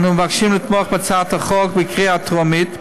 אנו מבקשים לתמוך בהצעת החוק בקריאה טרומית,